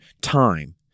time